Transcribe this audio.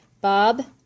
Bob